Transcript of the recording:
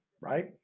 right